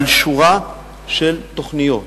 על שורה של תוכניות